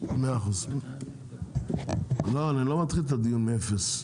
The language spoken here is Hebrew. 100%. לא אני לא מתחיל את הדיון מאפס,